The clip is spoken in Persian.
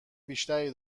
بیشتری